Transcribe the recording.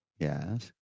Yes